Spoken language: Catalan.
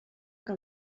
que